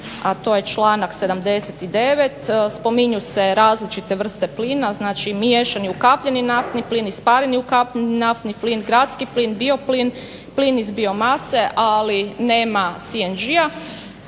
a to je članak 79. Spominju se različite vrste plina, znači miješani ukapljeni naftni plin, ispareni ukapljeni naftni plin, gradski plin, bioplin, plin iz biomase ali nema CNG-a,